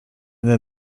then